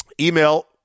Email